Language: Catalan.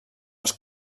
els